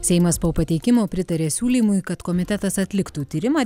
seimas po pateikimo pritarė siūlymui kad komitetas atliktų tyrimą